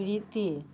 Preeti